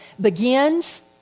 begins